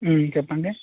చెప్పండి